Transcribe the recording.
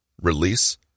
release